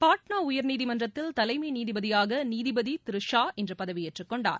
பாட்னா உயர்நீதிமன்றத்தில் தலைமை நீதிபதியாக நீதிபதி திரு ஷா இன்று பதவியேற்றுக்கொண்டார்